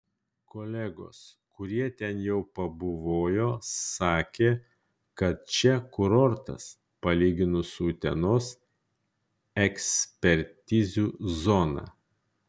kolegos kurie ten jau pabuvojo sakė kad čia kurortas palyginus su utenos ekspertizių zona